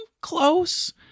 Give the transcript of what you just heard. close